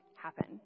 happen